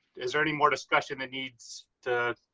is there any more discussion that needs to,